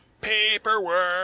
Paperwork